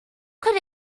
could